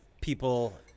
people